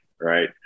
right